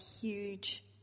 huge